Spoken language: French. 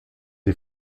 des